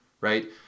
right